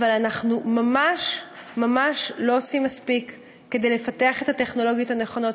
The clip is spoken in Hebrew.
אבל אנחנו ממש ממש לא עושים מספיק לפתח את הטכנולוגיות הנכונות,